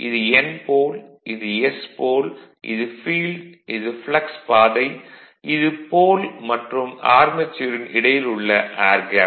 இது N போல் இது S போல் இது ஃபீல்டு இது ப்ளக்ஸ் பாதை இது போல் மற்றும் ஆர்மெச்சூரின் இடையில் உள்ள ஏர் கேப்